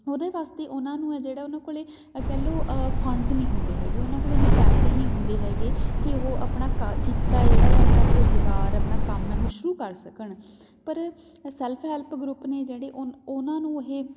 ਉਹਦੇ ਵਾਸਤੇ ਉਹਨਾਂ ਨੂੰ ਆ ਜਿਹੜਾ ਉਹਨਾਂ ਕੋਲ ਕਹਿ ਲਉ ਫੰਡਸ ਨਹੀਂ ਹੁੰਦੇ ਹੈਗੇ ਉਹਨਾਂ ਕੋਲ ਇੰਨੇ ਪੈਸੇ ਨਹੀਂ ਹੁੰਦੇ ਹੈਗੇ ਕਿ ਉਹ ਆਪਣਾ ਕਾ ਕਿੱਤਾ ਏ ਜਿਹੜਾ ਏ ਆਪਣਾ ਆਪ ਰੁਜ਼ਗਾਰ ਆਪਣਾ ਕੰਮ ਆ ਉਹ ਸ਼ੁਰੂ ਕਰ ਸਕਣ ਪਰ ਸੈਲਫ ਹੈਲਪ ਗਰੁੱਪ ਨੇ ਜਿਹੜੇ ਉਹ ਉਹਨਾਂ ਨੂੰ ਇਹ